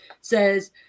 says